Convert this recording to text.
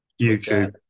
YouTube